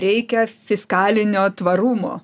reikia fiskalinio tvarumo